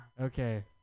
Okay